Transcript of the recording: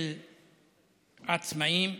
של עצמאים,